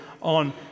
on